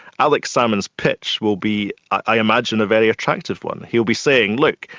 alex salmond's pitch will be, i imagine, a very attractive one. he'll be saying, look,